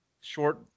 short